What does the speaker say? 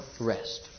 rest